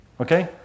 Okay